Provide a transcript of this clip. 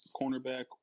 cornerback